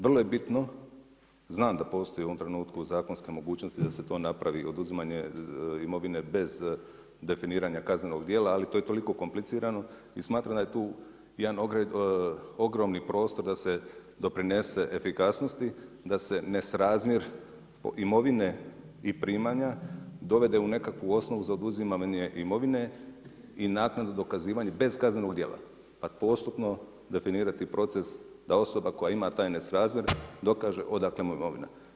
Vrlo je bitno, znam da postoji u ovom trenutku zakonske mogućnosti da se to napravi, oduzimanje imovine bez definiranja kaznenog dijela, ali to je toliko komplicirano i smatram da je tu ogromni prostor, da se doprinese efikasnosti, da se nesrazmjer imovine i primanja dovede u nekakvu osnovu za oduzimanje imovine i naknade dokazivanja bez kaznenog dijela, pa postupno definirati proces da osoba koja ima taj nesrazmjer dokaže odakle mu imovina.